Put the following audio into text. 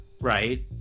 right